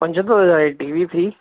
पंजहतरि हज़ार जी टी वी थी